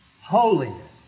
holiness